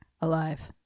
Alive